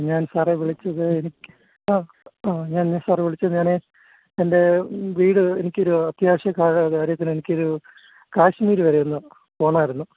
ഞാൻ സാറേ വിളിച്ചത് എനിക്ക് ആ ആ ഞാൻ എന്നാ സാറേ വിളിച്ചത് ഞാൻ എൻ്റെ വീട് എനിക്ക് ഒരു അത്യാവശ്യ കാര്യത്തിന് എനിക്ക് ഒരു കാശ്മീർ വരെ ഒന്ന് പോവണാമായിരുന്നു